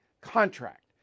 contract